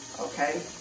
okay